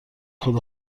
خدا